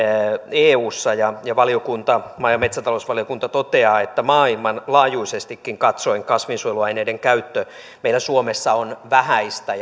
eussa ja maa ja metsätalousvaliokunta toteaa että maailmanlaajuisestikin katsoen kasvinsuojeluaineiden käyttö meillä suomessa on vähäistä